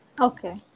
okay